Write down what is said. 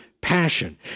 passion